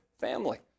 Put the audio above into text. family